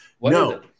No